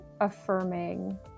affirming